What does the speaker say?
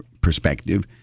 perspective